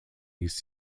use